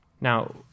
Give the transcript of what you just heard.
Now